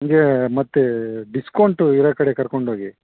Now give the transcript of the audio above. ನಮ್ಗೆ ಮತ್ತೆ ಡಿಸ್ಕೌಂಟು ಇರೋ ಕಡೆ ಕರ್ಕೊಂಡು ಹೋಗಿ